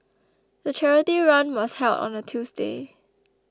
the charity run was held on a Tuesday